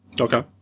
Okay